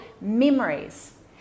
memories